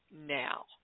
now